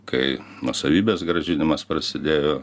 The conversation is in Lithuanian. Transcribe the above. kai nuosavybės grąžinimas prasidėjo